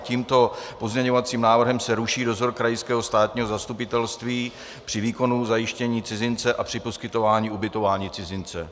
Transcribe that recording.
Tímto pozměňovacím návrhem se ruší dozor krajského státního zastupitelství při výkonu zajištění cizince a při poskytování ubytování cizince.